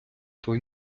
той